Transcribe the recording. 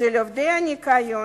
של עובדי הניקיון,